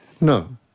No